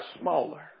smaller